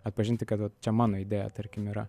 atpažinti kad vat čia mano idėja tarkim yra